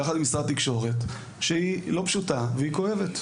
יחד עם משרד התקשורת שהיא לא פשוטה והיא כואבת,